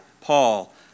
Paul